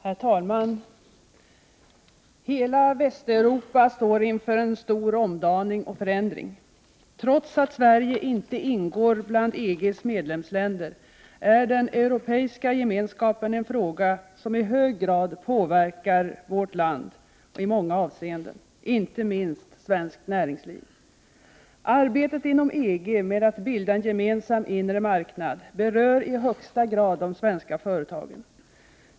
Herr talman! Hela Västeuropa står inför en stor omdaning och förändring. Trots att Sverige inte är medlem i EG är frågan om den europeiska gemenskapen en fråga som i hög grad påverkar vårt land i många avseenden — inte minst när det gäller svenskt näringsliv. Arbetet inom EG med att bilda en gemensam inre marknad berör i högsta grad de svenska företagen.